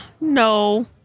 no